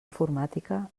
informàtica